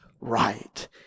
right